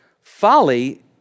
Folly